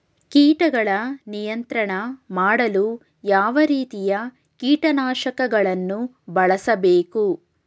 ಕೀಟಗಳ ನಿಯಂತ್ರಣ ಮಾಡಲು ಯಾವ ರೀತಿಯ ಕೀಟನಾಶಕಗಳನ್ನು ಬಳಸಬೇಕು?